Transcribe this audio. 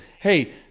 Hey